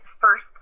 first